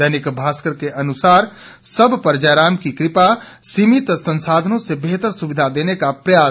दैनिक भास्कर के अनुसार सब पर जयराम की कृपा सीमित संसाधनों से बेहतर सुविधा देने का प्रयास